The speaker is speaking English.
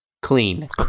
clean